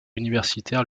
universitaire